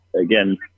again